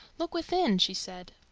look within! she said.